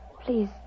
Please